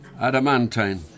Adamantine